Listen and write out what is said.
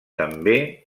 també